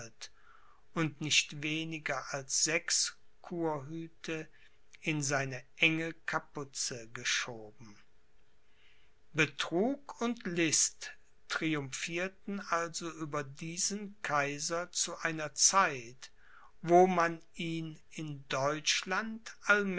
und nicht weniger als sechs kurhüte in seine enge capuze geschoben betrug und list triumphierten also über diesen kaiser zu einer zeit wo man ihn in